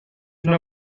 una